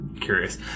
curious